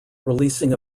releasing